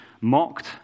mocked